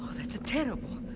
that's terrible.